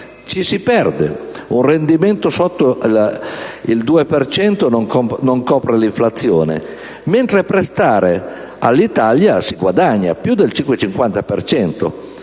ci si perde - un rendimento sotto il 2 per cento non copre l'inflazione - mentre a prestare all'Italia ci si guadagna più del 5,5